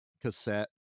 cassette